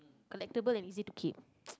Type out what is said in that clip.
collectible and easy to keep